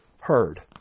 heard